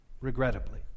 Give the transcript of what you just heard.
regrettably